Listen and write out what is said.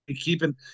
keeping